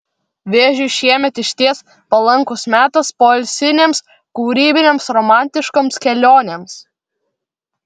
vėžiui šiemet išties palankus metas poilsinėms kūrybinėms romantiškoms kelionėms